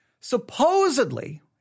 Supposedly